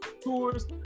tours